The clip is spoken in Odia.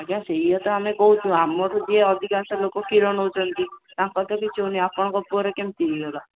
ମୁଁ ସେଇଆ ତ ଆମେ କହୁଛୁ ଆମଠୁ ଅଧିକାଂଶ ଲୋକ କ୍ଷୀର ନେଉଛନ୍ତି ତାଙ୍କର କିଛି ହେଉନି ଆପଣଙ୍କ ପୁଅର କେମିତି ହେଲା